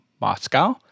Moscow